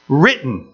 written